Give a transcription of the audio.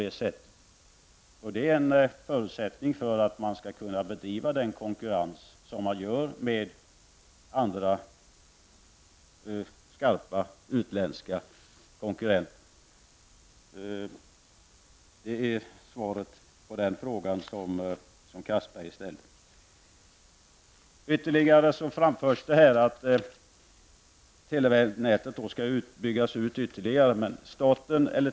Detta är en förutsättning för att man skall kunna konkurrera med andra avancerade utländska konkurrenter. Det är mitt svar på Anders Castbergers fråga. Det framfördes vidare att telenätet ytterligare borde byggas ut.